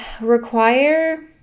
require